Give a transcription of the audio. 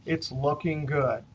it's looking good.